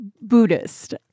Buddhist